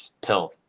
Pill